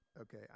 Okay